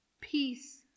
peace